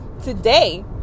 today